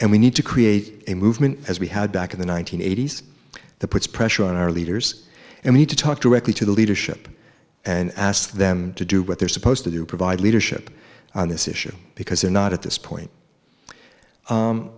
and we need to create a movement as we had back in the one nine hundred eighty s that puts pressure on our leaders and we need to talk directly to the leadership and ask them to do what they're supposed to do provide leadership on this issue because they're not at this point